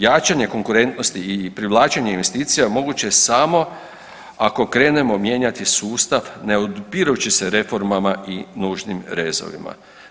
Jačanje konkurentnosti i privlačenje investicija moguće je samo ako krenemo mijenjati sustav ne otpirući se reformama i nužnim rezovima.